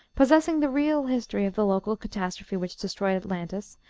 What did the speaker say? possessing the real history of the local catastrophe which destroyed atlantis,